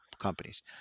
companies